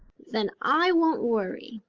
then i won't worry,